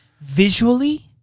Visually